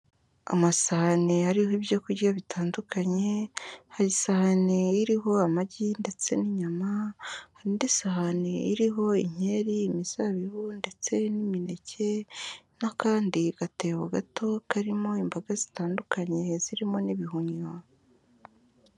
Amasahani ariho ibyo kurya bitandukanye, hari isahani iriho amagi ndetse n'inyama, hari indi sahani iriho inkeri imizabibu ndetse n'imineke, n'akandi gatebo gato karimo imboga zitandukanye zirimo n'ibihumyo.